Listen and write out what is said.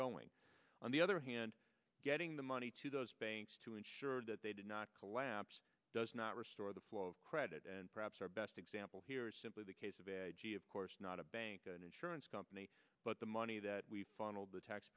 going on the other hand getting the money to those banks to ensure that they did not collapse does not restore the flow of credit and perhaps our best example here is simply the case of a g e of course not a bank an insurance company but the money that we funneled the